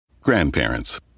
Grandparents